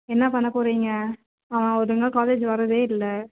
என்ன பண்ண போகிறீங்க அவன் ஒழுங்கா காலேஜ் வரதே இல்லை